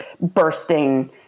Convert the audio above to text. bursting